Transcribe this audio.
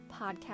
podcast